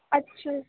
اچّھا